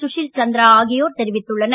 சுஷில் சந்திரா ஆகியோர் தெரிவித்தனர்